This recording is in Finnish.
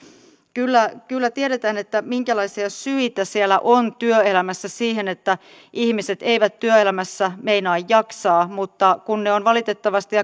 kyllä kyllä tiedetään minkälaisia syitä siellä työelämässä on siihen että ihmiset eivät työelämässä meinaa jaksaa mutta kun ne ovat valitettavasti